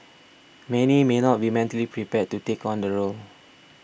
many may not be mentally prepared to take on the role